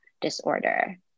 disorder